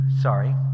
Sorry